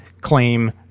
claim